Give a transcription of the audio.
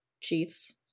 Chiefs